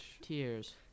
tears